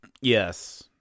Yes